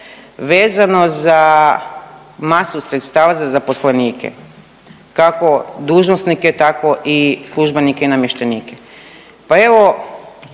vezano za masu sredstava za zaposlenike, kako dužnosnike, tako i službenike i namještenike. Pa evo,